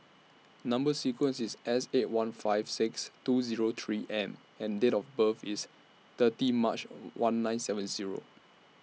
Number sequence IS S eight one five six two Zero three M and Date of birth IS thirty March one nine seven Zero